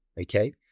Okay